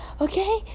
okay